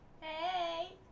hey